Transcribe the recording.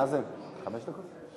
נאזם, חמש דקות?